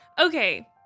Okay